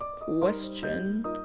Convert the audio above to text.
question